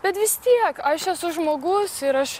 bet vis tiek aš esu žmogus ir aš